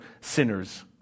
sinners